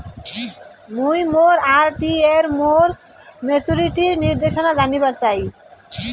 মুই মোর আর.ডি এর মোর মেচুরিটির নির্দেশনা জানিবার চাই